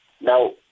Now